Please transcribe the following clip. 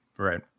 Right